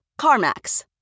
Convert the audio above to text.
CarMax